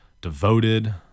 devoted